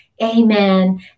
Amen